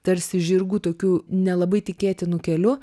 tarsi žirgų tokių nelabai tikėtinu keliu